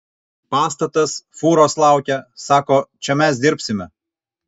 pastatas fūros laukia sako čia mes dirbsime